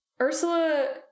Ursula